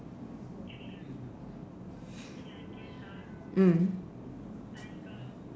mm